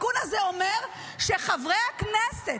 התיקון הזה אומר שחברי הכנסת,